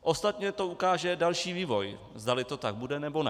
Ostatně to ukáže další vývoj, zdali to tak bude, nebo ne.